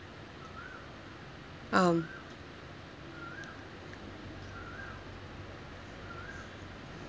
um